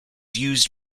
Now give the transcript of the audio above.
used